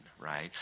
right